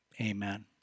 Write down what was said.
Amen